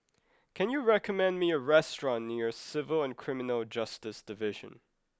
can you recommend me a restaurant near Civil and Criminal Justice Division